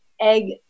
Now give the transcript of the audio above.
egg